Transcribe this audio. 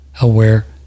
aware